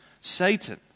Satan